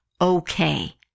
okay